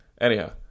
Anyhow